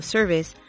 Service